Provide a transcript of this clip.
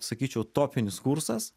sakyčiau topinis kursas